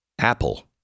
Apple